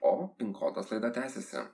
o pin kodas laida tęsiasi